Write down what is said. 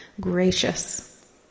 gracious